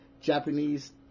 Japanese